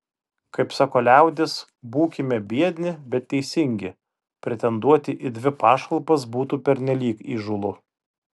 kaip sako liaudis būkime biedni bet teisingi pretenduoti į dvi pašalpas būtų pernelyg įžūlu